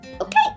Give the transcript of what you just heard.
okay